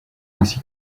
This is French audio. ainsi